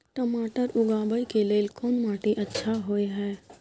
टमाटर उगाबै के लेल कोन माटी अच्छा होय है?